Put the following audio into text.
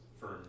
firm